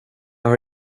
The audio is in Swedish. har